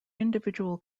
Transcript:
individual